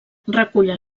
recullen